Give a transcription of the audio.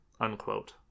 unquote